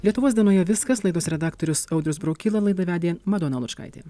lietuvos dienoje viskas laidos redaktorius audrius braukyla laidą vedė madona lučkaitė